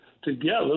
together